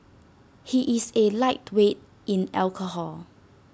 he is A lightweight in alcohol